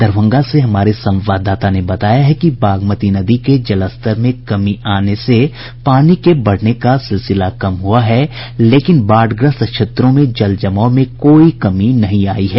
दरभंगा से हमारे संवाददाता ने बताया है कि बागमती नदी के जलस्तर में कमी आने से पानी के बढ़ने का सिलसिला कम हुआ है लेकिन बाढ़ग्रस्त क्षेत्रों में जल जमाव में कोई कमी नहीं आयी है